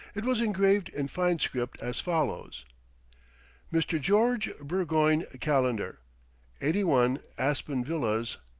it was engraved in fine script as follows mr. george burgoyne calendar eighty one, aspen villas,